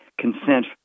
consent